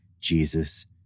Jesus